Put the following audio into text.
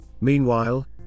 Meanwhile